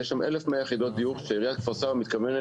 יש שם 1,100 יחידות דיור שעיריית כפר סבא מתכוונת